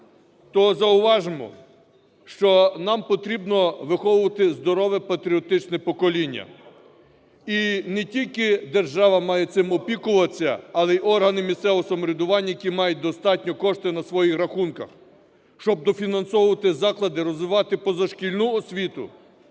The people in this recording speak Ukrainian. то зауважимо, що нам потрібно виховувати здорове патріотичне покоління. І не тільки держава має цим опікуватися, але і органи місцевого самоврядування, які мають достатньо коштів на своїх рахунках, щобдофінансувати заклади, розвивати позашкільну освіту